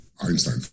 Einstein